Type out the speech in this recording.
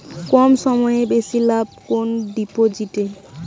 কম সময়ে বেশি লাভ কোন ডিপোজিটে?